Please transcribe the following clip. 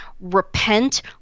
repent